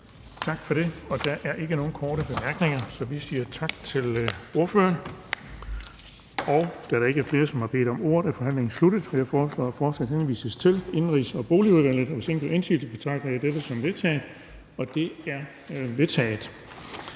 Tak for det. Der er ikke nogen korte bemærkninger, så vi siger tak til ordføreren. Da der ikke er flere, som har bedt om ordet, er forhandlingen sluttet. Jeg foreslår, at forslaget henvises til Indenrigs- og Boligudvalget. Hvis ingen gør indsigelse, betragter jeg dette som vedtaget. Det er vedtaget.